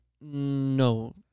No